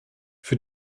für